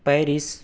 Paris